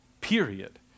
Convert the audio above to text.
Period